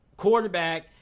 quarterback